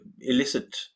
illicit